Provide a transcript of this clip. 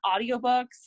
audiobooks